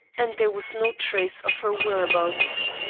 and there was no trace of her whereabouts.